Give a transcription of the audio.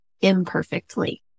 imperfectly